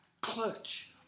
clutch